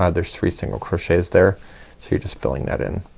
ah there's three single crochets there so you're just filling that in.